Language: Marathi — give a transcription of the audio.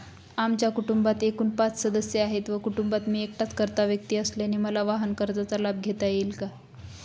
आमच्या कुटुंबात एकूण पाच सदस्य आहेत व कुटुंबात मी एकटाच कर्ता व्यक्ती असल्याने मला वाहनकर्जाचा लाभ घेता येईल का?